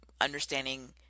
understanding